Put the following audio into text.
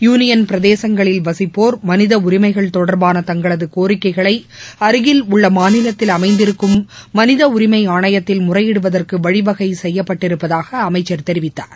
union பிரதேசங்களில் வசிப்போர் மனித உரிமைகள் தொடர்பான தங்களது கோரிக்கைகளை அருகில் உள்ள மாநிலத்தில் அமைந்திருக்கும் மனித உரிமை ஆணையத்தில் முறையிடுவதற்கு வழிவகை செய்யப்பட்டிருப்பதாக அமைச்சர் தெரிவித்தார்